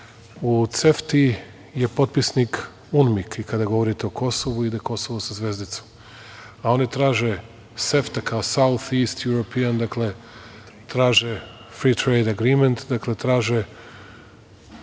U CEFTA je potpisnik UMNIK i kada govorite o Kosovu ide Kosovo sa zvezdicom, a oni traže SEFTA“Southeast european“, dakle traže, „free trade agreement“, dakle, traže